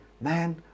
Man